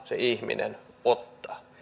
se ihminen ottaa sitä lainaa